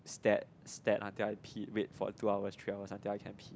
stared stared until I pee wait for a two hour three hours until I can pee